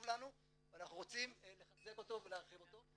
לנו ואנחנו רוצים לחזק ולהרחיב אותו.